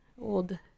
old